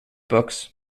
books